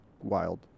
Wild